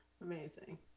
Amazing